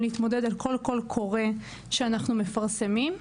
להתמודד על כל קול קורא שאנחנו מפרסמים,